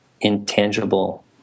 intangible